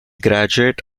graduate